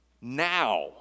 now